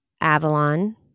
Avalon